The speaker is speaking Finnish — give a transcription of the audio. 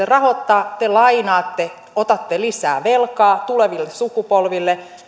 rahoittaa te lainaatte otatte lisää velkaa tuleville sukupolville